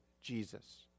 Jesus